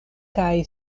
kaj